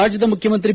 ರಾಜ್ಯದ ಮುಖ್ಯಮಂತ್ರಿ ಬಿ